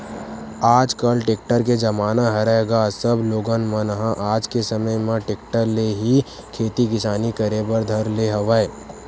आजकल टेक्टर के जमाना हरय गा सब लोगन मन ह आज के समे म टेक्टर ले ही खेती किसानी करे बर धर ले हवय